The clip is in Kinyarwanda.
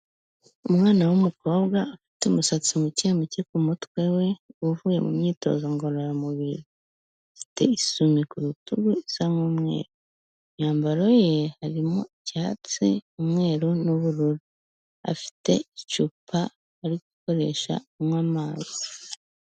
Umwana w'umukobwa ufite umusatsi muke muke ku mutwe we, uvuye mu myitozo ngororamubiri, ufite isume ku rutugu isa nk'umweru, mu myambaro ye harimo icyatsi umweru n'ubururu, afite icupa ari gukoresha anywa amazi.